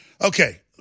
Okay